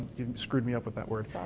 you screwed me up with that word. sorry.